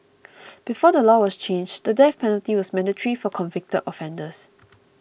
before the law was changed the death penalty was mandatory for convicted offenders